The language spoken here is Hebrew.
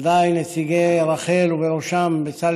ודאי נציגי רח"ל,